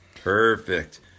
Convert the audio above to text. Perfect